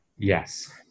Yes